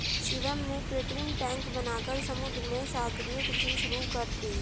शिवम ने कृत्रिम टैंक बनाकर समुद्र में सागरीय कृषि शुरू कर दी